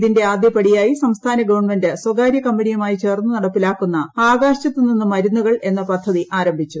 ഇതിന്റെ ആദ്യപടിയായി സംസ്ഥാന ഗവൺമെന്റ് സ്വകാര്യ കമ്പനിയുമായി ചേർന്ന് നടപ്പിലാക്കുന്ന ആകാശത്ത് നിന്ന് മരുന്നുകൾ എന്ന പദ്ധതി ആരംഭിച്ചു